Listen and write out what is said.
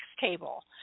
table